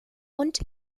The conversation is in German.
und